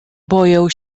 boję